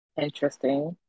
Interesting